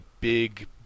big